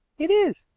it is.